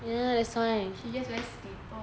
ya that's why she just wear slipper